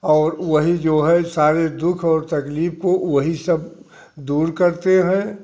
और वही जो है सारे दुख और तकलीफ को वही सब दूर करते हैं